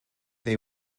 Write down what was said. they